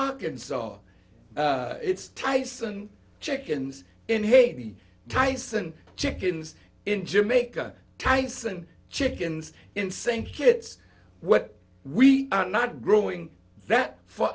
arkansas it's tyson chickens in haiti tyson chickens in jamaica tyson chickens in st kitts what we are not growing that for